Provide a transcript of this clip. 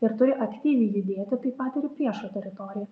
ir turi aktyviai judėti taip pat ir į priešo teritoriją